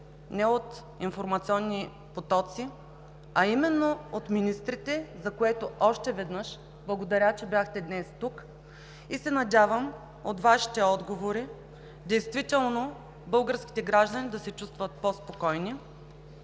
не от информационни потоци, а именно от министрите, за което още веднъж благодаря, че бяхте днес тук. Надявам се от Вашите отговори българските граждани действително да се чувстват по-спокойни,